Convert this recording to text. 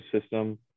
system